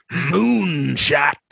Moonshot